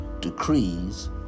decrees